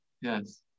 Yes